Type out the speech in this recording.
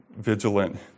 vigilant